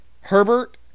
Herbert